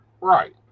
Right